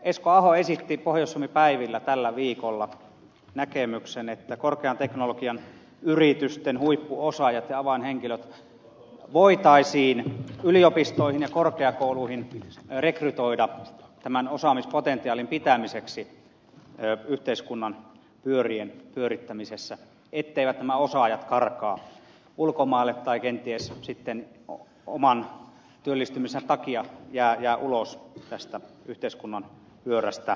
esko aho esitti pohjois suomi päivillä tällä viikolla näkemyksen että korkean teknologian yritysten huippuosaajat ja avainhenkilöt voitaisiin rekrytoida yliopistoihin ja korkeakouluihin tämän osaamispotentiaalin pitämiseksi yhteiskunnan pyörien pyörittämisessä etteivät nämä osaajat karkaisi ulkomaille tai kenties oman työllistymisensä takia jäisi ulos tästä yhteiskunnan pyörästä